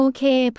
Okay